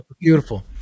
beautiful